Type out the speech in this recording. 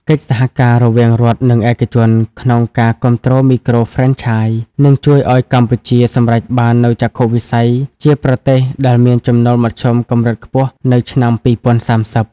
កិច្ចសហការរវាង "រដ្ឋ និងឯកជន" ក្នុងការគាំទ្រមីក្រូហ្វ្រេនឆាយ នឹងជួយឱ្យកម្ពុជាសម្រេចបាននូវចក្ខុវិស័យជាប្រទេសដែលមានចំណូលមធ្យមកម្រិតខ្ពស់នៅឆ្នាំ ២០៣០។